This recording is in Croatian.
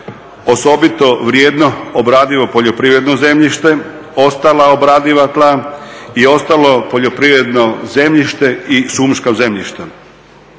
Osobito vrijedno, obradivo poljoprivredno zemljište, ostala obradiva tla i ostalo poljoprivredne zemljište i šumsko zemljište.